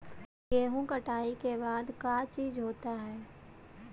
गेहूं कटाई के बाद का चीज होता है?